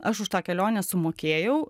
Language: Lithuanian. aš už tą kelionę sumokėjau